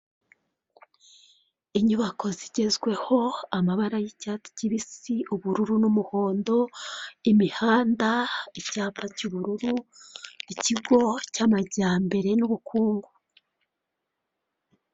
Abamotari bahagaze imbere y'inyubako, umwe ari gushyirirwaho kuri moto imizigo, ari gufashwa n'umuntu wambaye imyenda y'ubururu n'umugore umuri inyuma wambaye igitenge nabandi bagore babiri bari inyuma